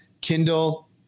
Kindle